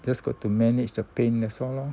just got to manage the pain that's all lor